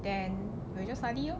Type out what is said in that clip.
then we will study lor